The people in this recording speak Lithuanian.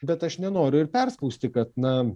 bet aš nenoriu ir perspausti kad na